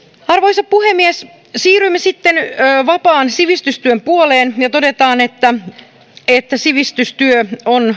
arvoisa puhemies siirrymme sitten vapaan sivistystyön puoleen ja todetaan että sivistystyö on